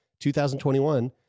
2021